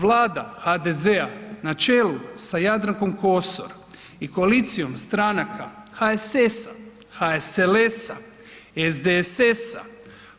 Vlada HDZ-a na čelu sa Jadrankom Kosor i koalicijom stranaka HSS-a, HSLS-a, SDSS-a,